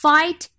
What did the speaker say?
Fight